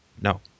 No